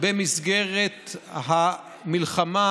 במסגרת המלחמה,